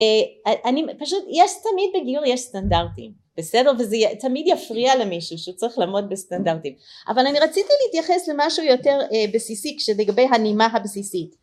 יש תמיד בגיור סטנדרטים בסדר וזה תמיד יפריע למישהו שצריך לעמוד בסטנדרטים אבל אני רציתי להתייחס למשהו יותר בסיסי כשלגבי הנעימה הבסיסית